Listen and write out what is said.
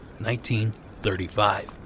1935